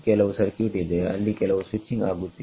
ಕೆಲವು ಸರ್ಕ್ಯೂಟ್ ಇದೆಅಲ್ಲಿ ಕೆಲವು ಸ್ವಿಚಿಂಗ್ ಆಗುತ್ತಿದೆ